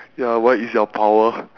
ya what is your power